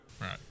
Right